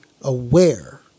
aware